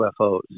UFOs